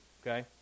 okay